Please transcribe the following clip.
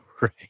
Right